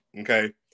okay